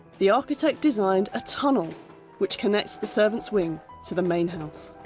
the architect designed a tunnel which connects the servants' wing to the main house.